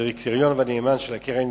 הדירקטוריון והנאמן של הקרן